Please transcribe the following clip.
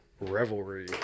revelry